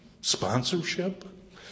Sponsorship